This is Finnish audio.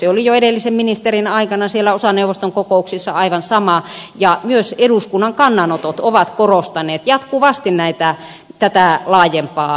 se oli jo edellisen ministerin aikana siellä osaneuvoston kokouksissa aivan sama ja myös eduskunnan kannanotot ovat korostaneet jatkuvasti tätä laajempaa näkökulmaa